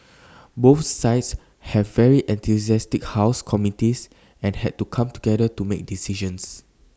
both sides have very enthusiastic house committees and had to come together to make decisions